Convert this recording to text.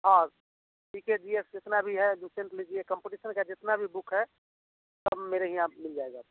हाँ जी K G S जितना भी है लीजिए कंपटीशन का जितना भी बुक है सब मेरे यहाँ आपको मिल जाएगा